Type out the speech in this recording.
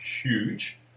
huge